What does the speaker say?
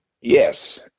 yes